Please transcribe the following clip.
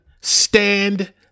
stand